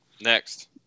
Next